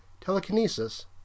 telekinesis